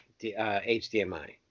HDMI